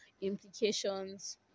implications